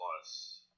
Plus